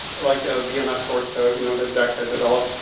like ah vms source code, you know, that dec had developed,